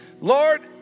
Lord